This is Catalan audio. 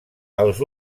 els